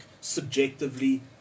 subjectively